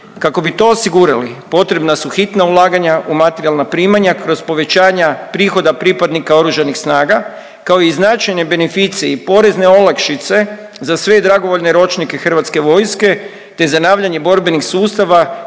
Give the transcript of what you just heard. Kako bi to osigurali potrebna su hitna ulaganja u materijalna primanja kroz povećanja prihoda pripadnika Oružanih snaga, kao i značajne beneficije i porezne olakšice za sve dragovoljne ročnike HV-a, te zanavljanje borbenih sustava,